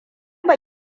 ba